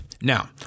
now